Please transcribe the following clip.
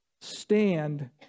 Stand